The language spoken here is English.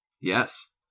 Yes